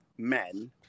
men